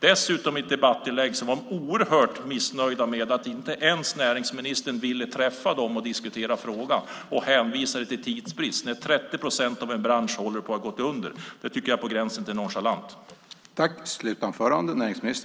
Dessutom var de i debattinlägg oerhört missnöjda med att näringsministern inte ens ville träffa dem och diskutera frågan. Hon hänvisade till tidsbrist när 30 procent av en bransch håller på att gå under. Det tycker jag är på gränsen till nonchalant.